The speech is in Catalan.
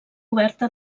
oberta